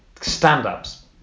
stand-ups